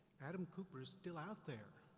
adam cooper is still out there.